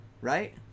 right